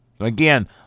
Again